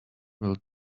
will